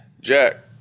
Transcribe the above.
Jack